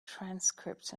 transcripts